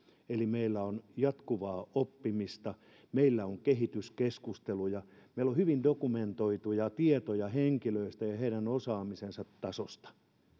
meillä on jatkuvaa oppimista meillä on kehityskeskusteluja meillä on hyvin dokumentoituja tietoja henkilöistä ja heidän osaamisensa tasosta